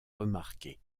remarquées